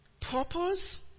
purpose